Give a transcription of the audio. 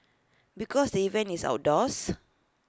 because the event is outdoors